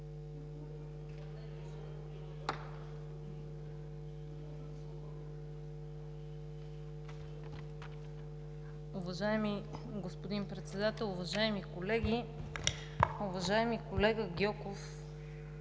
Уважаеми господин Председател, уважаеми колеги! Уважаеми колега Гьоков,